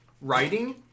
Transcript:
writing